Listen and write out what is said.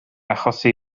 achosi